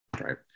right